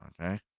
Okay